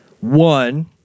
One